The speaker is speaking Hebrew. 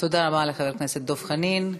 תודה רבה לחבר הכנסת דב חנין.